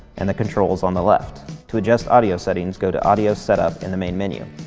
and the controls on the left. to adjust audio settings, go to audio setup in the main menu.